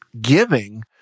giving